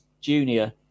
Junior